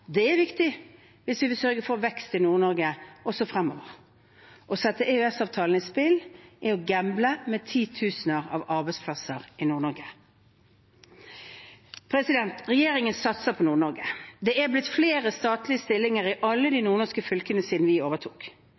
Det er viktig hvis vi vil sørge for vekst i Nord-Norge også fremover. Å sette EØS-avtalen i spill er å gamble med titusener av arbeidsplasser i Nord-Norge. Regjeringen satser på Nord-Norge. Det er blitt flere statlige stillinger i alle de nordnorske fylkene siden vi overtok.